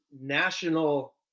national –